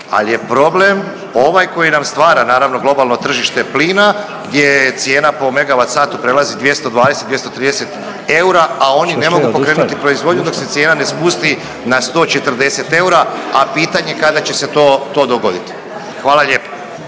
ali je problem ovaj koji nam stvara naravno globalno tržište plina gdje cijena po MWh prelazi 220, 230 eura, a oni ne mogu pokrenuti proizvodnju dok se cijena ne spusti na 140 eura, a pitanje kada će se to dogoditi. Hvala lijepo.